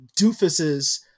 doofuses